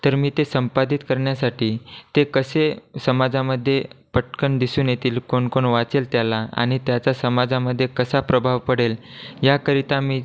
तर मी ते संपादित करण्यासाठी ते कसे समाजामध्ये पटकन दिसून येतील कोण कोण वाचेल त्याला आणि त्याचा समाजामध्ये कसा प्रभाव पडेल याकरिता मी